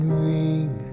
ring